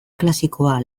klasikoa